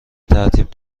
ترتیب